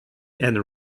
and